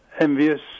envious